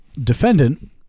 defendant